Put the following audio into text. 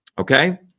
Okay